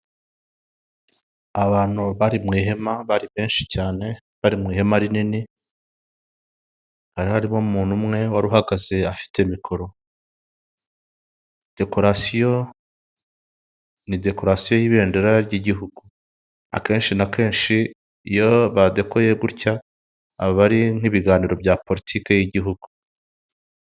Abantu bari mu ihema bari benshi cyane bari mu ihema rinini hari harimo umuntu umwe wari uhagaze afite mikoro dekorasiyo ni dekorasiyo y'ibendera ry'igihugu akenshi na kenshi iyo badekoye gutya aba ari nk'ibiganiro bya politiki y'igihugu.